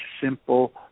simple